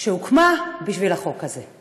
שהוקמה בשביל החוק הזה.